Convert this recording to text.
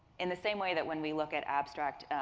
in the same way that when we look at abstract,